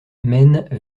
mène